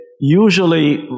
usually